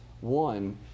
one